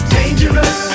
dangerous